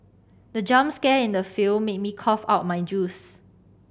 the jump scare in the film made me cough out my juice